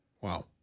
Wow